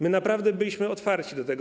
My naprawdę byliśmy otwarci na to.